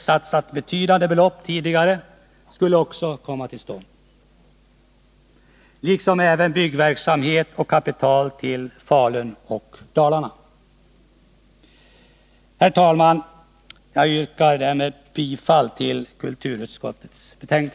satsat betydande belopp tidigare, skulle också komma till stånd. Det skulle bli byggverksamhet i Falun, och kapital skulle tillföras Dalarna. Herr talman! Jag yrkar bifall till kulturutskottets hemställan.